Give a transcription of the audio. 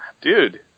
dude